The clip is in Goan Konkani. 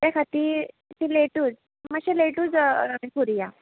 ते खाती लेटूच मातशें लेटूज करूया